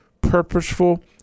purposeful